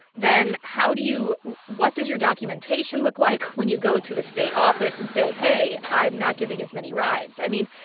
then how do you what does your documentation look like when you go to the state office and say, hey, i'm not giving as many rides? i mean,